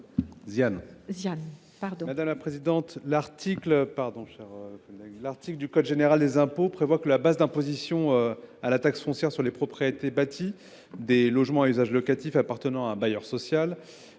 n° I 1000. L’article 1388 du code général des impôts prévoit que la base d’imposition à la taxe foncière sur les propriétés bâties des logements à usage locatif appartenant à un bailleur social